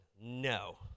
no